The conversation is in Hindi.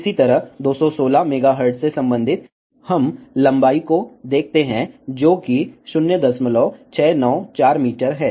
इसी तरह 216 MHz से संबंधित हम लंबाई को देखते हैं जो कि 0694 मीटर है